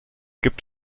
gibt